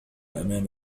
أمام